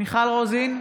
מיכל רוזין,